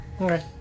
Okay